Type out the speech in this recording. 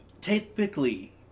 typically